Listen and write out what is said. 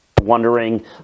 wondering